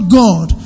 god